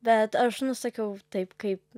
bet aš nu sakiau taip kaip